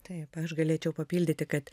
taip aš galėčiau papildyti kad